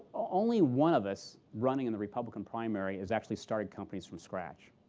only one of us running in the republican primary has actually started companies from scratch.